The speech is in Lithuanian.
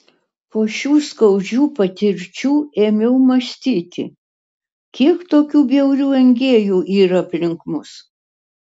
po šių skaudžių patirčių ėmiau mąstyti kiek tokių bjaurių engėjų yra aplink mus